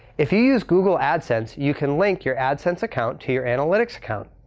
if you use google adsense, you can link your adsense account to your analytics account.